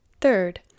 Third